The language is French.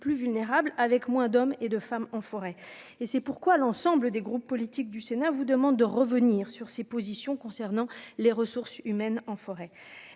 plus vulnérables avec moins d'hommes et de femmes en forêt et c'est pourquoi l'ensemble des groupes politiques du Sénat vous demande de revenir sur ses positions concernant les ressources humaines en forêt,